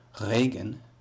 Regen